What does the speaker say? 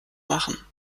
machen